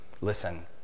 Listen